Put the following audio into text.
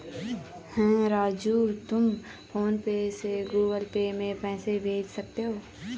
हां राजू तुम PhonePe से गुगल पे में पैसे भेज सकते हैं